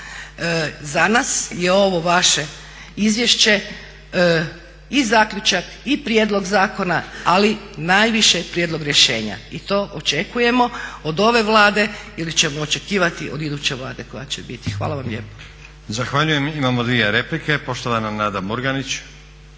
za nas je ovo vaše izvješće i zaključak, i prijedlog zakona, ali najviše prijedlog rješenja. I to očekujemo od ove Vlade ili ćemo od očekivati od iduće vlade koja će biti. Hvala vam lijepo. **Stazić, Nenad (SDP)** Zahvaljujem. Imamo dvije replike poštovana Nada Murganić.